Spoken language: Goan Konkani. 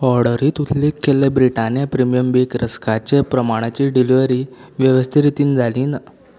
ऑर्डरींत उल्लेख केल्ले ब्रिटानिया प्रिमीयम बेक रस्काचे प्रमाणाची डिलिव्हरी वेवस्थीत रितीन जाली ना